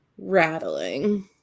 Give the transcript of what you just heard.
rattling